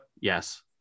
Yes